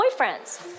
boyfriends